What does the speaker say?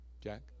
Jack